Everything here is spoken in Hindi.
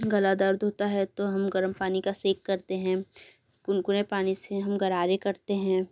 गला दर्द होता है तो हम गर्म पानी का सेक करते हैं कुंकुने पानी से हम ग़रारे करते हैं